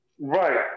Right